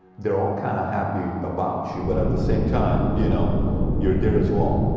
they're all kind of happy about you, but at the same time you know you're there as well.